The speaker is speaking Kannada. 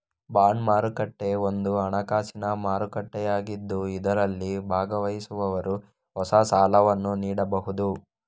ಬಾಂಡ್ ಮಾರುಕಟ್ಟೆ ಒಂದು ಹಣಕಾಸಿನ ಮಾರುಕಟ್ಟೆಯಾಗಿದ್ದು ಇದರಲ್ಲಿ ಭಾಗವಹಿಸುವವರು ಹೊಸ ಸಾಲವನ್ನು ನೀಡಬಹುದು